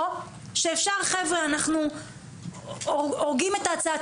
או שאפשר להגיד שאנחנו הורגים את הצעת